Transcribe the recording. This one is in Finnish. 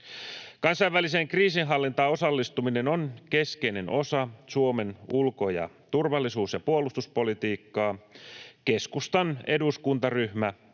Kansainväliseen kriisinhallintaan osallistuminen on keskeinen osa Suomen ulko-, turvallisuus- ja puolustuspolitiikkaa. Keskustan eduskuntaryhmä